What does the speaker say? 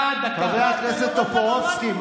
חבר הכנסת טופורובסקי,